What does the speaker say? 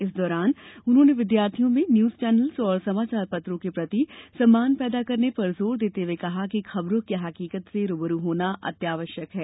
इस दौरान उन्होंने विद्यार्थियों में न्यूज चैनल्स और समाचार पत्रों के प्रति सम्मान पैदा करने पर जोर देते हुए कहा कि खबरों की हकीकत से रू ब रू होना अत्यावश्यक है